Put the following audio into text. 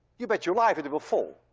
you bet your life it it will fall.